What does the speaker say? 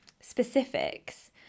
specifics